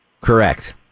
Correct